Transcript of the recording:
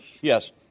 Yes